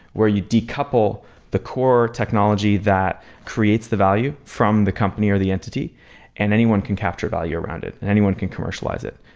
where you decouple the core technology that creates the value from the company or the entity and anyone can capture value around it and anyone can commercialize commercialize it.